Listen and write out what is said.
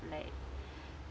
like